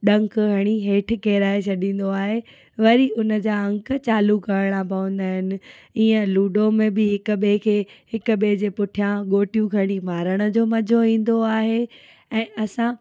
ॾंक हणी हेठि केराए छॾींदो आहे वरी उन जा अंक चालू करिणा पवंदा आहिनि ईअं लूडो में बि हिक ॿिए खे हिक ॿिए जे पुठियां ॻोटियूं खणी मारण जो मज़ो ईंदो आहे ऐं असां